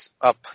up